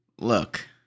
Look